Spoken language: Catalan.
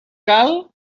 cal